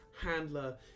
handler